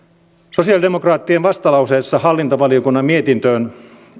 sosialidemokraattien vastalauseessa hallintovaliokunnan mietintöön